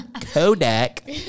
Kodak